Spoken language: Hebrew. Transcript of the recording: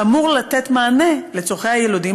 שאמור לתת מענה לצורכי היילודים,